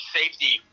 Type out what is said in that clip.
safety